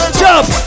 jump